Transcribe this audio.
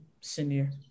senior